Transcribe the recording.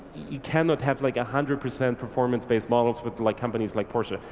you cannot have like a hundred percent performance-based models with like companies like porsche.